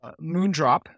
Moondrop